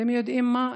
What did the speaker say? אתם יודעים מה?